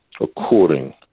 according